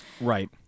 right